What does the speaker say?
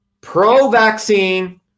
Pro-vaccine